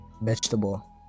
vegetable